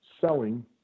selling